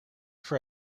for